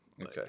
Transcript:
okay